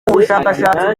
bushakashatsi